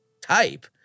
type